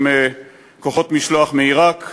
עם כוחות משלוח מעיראק,